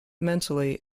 mentally